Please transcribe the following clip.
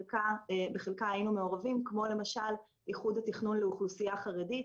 בחלקה היינו מעורבים כמו למשל איחוד התכנון לאוכלוסייה החרדית,